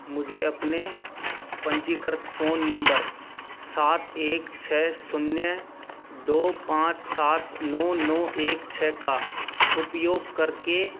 मुझे अपने पंजीकृत फ़ोन नम्बर सात एक छः शून्य दो पाँच सात नौ नौ एक छः का उपयोग करके